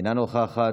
אינה נוכחת,